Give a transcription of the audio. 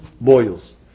boils